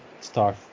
Star